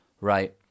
Right